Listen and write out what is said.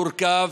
מורכב,